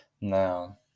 Now